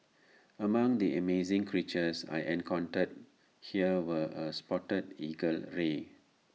among the amazing creatures I encountered here were A spotted eagle ray